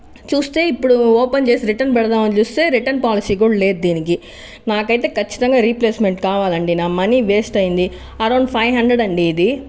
చూస్తే ఇప్పుడు ఓపెన్ చేసి రిటర్న్ పెడదామని చూస్తే రిటన్ పాలసీ కూడా లేదు దీనికి నాకైతే ఖచ్చితంగా రిప్లేస్మెంట్ కావాలండి నా మనీ వేస్ట్ అయింది అరౌండ్ ఫైవ్ హండ్రెడ్ అండి ఇది